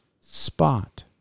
spot